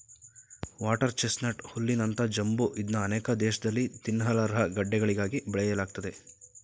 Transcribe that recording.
water chestnut ಹುಲ್ಲಿನಂತ ಜಂಬು ಇದ್ನ ಅನೇಕ ದೇಶ್ದಲ್ಲಿ ತಿನ್ನಲರ್ಹ ಗಡ್ಡೆಗಳಿಗಾಗಿ ಬೆಳೆಯಲಾಗ್ತದೆ